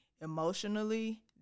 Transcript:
emotionally